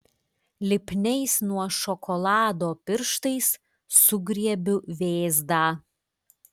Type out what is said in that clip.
lipniais nuo šokolado pirštais sugriebiu vėzdą